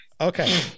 Okay